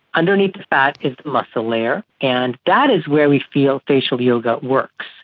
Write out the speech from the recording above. underneath the fat is the muscle layer, and that is where we feel facial yoga works.